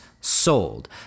sold